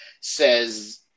says